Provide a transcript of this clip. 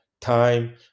time